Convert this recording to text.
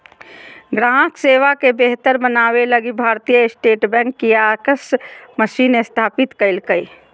ग्राहक सेवा के बेहतर बनाबे लगी Bharatiya state bank kiosk machine स्थापित कइल्कैय